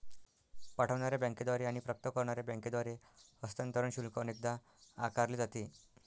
पाठवणार्या बँकेद्वारे आणि प्राप्त करणार्या बँकेद्वारे हस्तांतरण शुल्क अनेकदा आकारले जाते